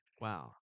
Wow